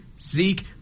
Zeke